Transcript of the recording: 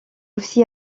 aussi